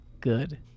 Good